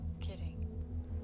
kidding